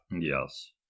Yes